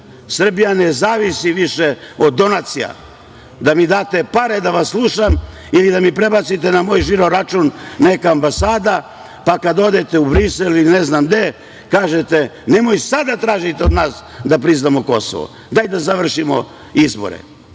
Srbija ne zavisi više od donacija, da mi date pare da vas slušam ili da mi prebacite na moj žiro račun, neka ambasada, pa kada odete u Brisel ili ne znam gde, kažete – nemoj sada da tražite od nas da priznamo Kosovo, daj da završimo izbore. Vi